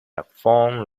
phone